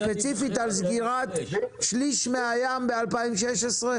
ספציפית על סגירת שליש מן הים ב-2016?